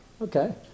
Okay